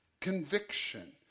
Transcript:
conviction